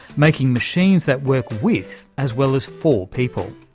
making machines that work with as well as for people.